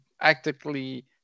actively